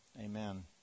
Amen